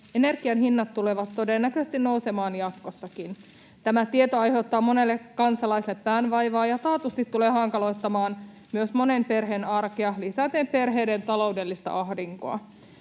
Energian hinnat tulevat todennäköisesti nousemaan jatkossakin. Tämä tieto aiheuttaa monelle kansalaiselle päänvaivaa ja taatusti tulee hankaloittamaan myös monen perheen arkea lisäten perheiden taloudellista ahdinkoa.